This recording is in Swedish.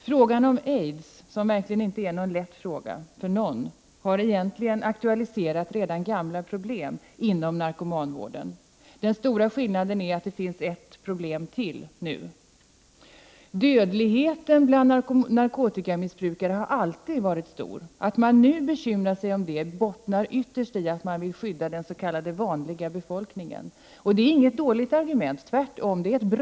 Frågan om aids, som verkligen inte är en lätt fråga för någon, har egentligen aktualiserat gamla problem inom narkomanvården. Den stora skillnaden är att det nu finns ett problem till. Dödligheten bland narkotikamissbrukare har alltid varit stor. Att man nu bekymrar sig om detta bottnar ytterst i att man vill skydda den s.k. vanliga befolkningen. Och det är inget dåligt argument — tvärtom. Men för att Prot.